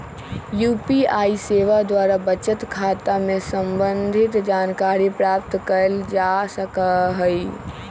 UPI सेवा द्वारा बचत खता से संबंधित जानकारी प्राप्त कएल जा सकहइ